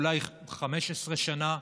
אולי 15 שנה,